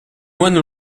moines